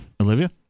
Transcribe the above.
Olivia